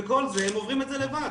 וכל זה הם עוברים לבד.